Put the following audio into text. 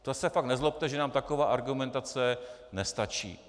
To se pak nezlobte, že nám taková argumentace nestačí.